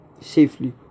safely